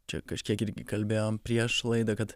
čia kažkiek irgi kalbėjom prieš laidą kad